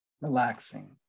relaxing